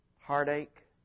heartache